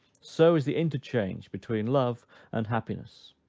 so is the interchange between love and happiness.